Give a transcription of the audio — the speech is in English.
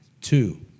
two